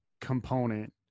component